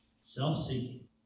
self-seeking